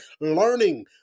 learning